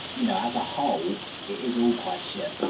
you know as a whole. it is all quite shit.